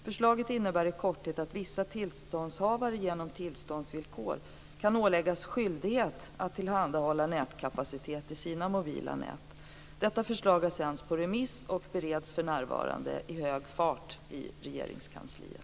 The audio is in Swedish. Förslaget innebär i korthet att vissa tillståndshavare genom tillståndsvillkor kan åläggas skyldighet att tillhandahålla nätkapacitet i sina mobila telenät. Detta förslag har sänts på remiss och bereds för närvarande med hög fart i Regeringskansliet.